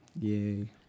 Yay